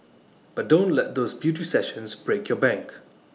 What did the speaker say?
but don't let those beauty sessions break your bank